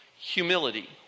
humility